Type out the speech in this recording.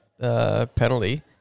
Penalty